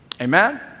amen